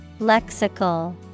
Lexical